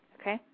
okay